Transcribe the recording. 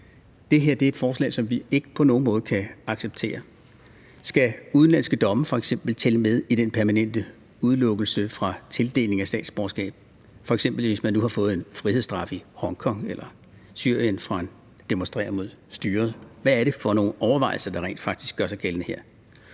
det her er et forslag, som vi ikke på nogen måde kan acceptere. Skal udenlandske domme f.eks. tælle med i den permanente udelukkelse fra tildeling af statsborgerskab – f.eks. hvis man nu har fået en frihedsstraf i Hongkong eller Syrien for at demonstrere mod styret? Hvad er det for nogle overvejelser, der rent faktisk gør sig gældende her?